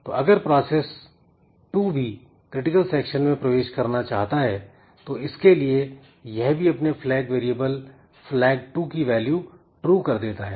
तो अगर प्रोसेस 2 भी क्रिटिकल सेक्शन में प्रवेश करना चाहता है तो इसके लिए यह भी अपने फ्लैग वेरिएबल flag2 की वैल्यू true कर देता है